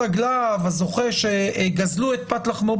על העמדה שהתוצאה תהיה שיוציאו יותר מיטלטלין,